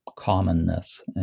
Commonness